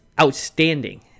outstanding